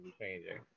changing